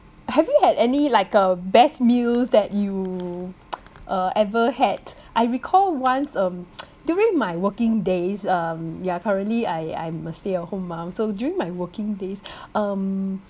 have you had any like uh best meals that you uh ever had I recall once um during my working days um yeah currently I I'm a stay at home mum so during my working days um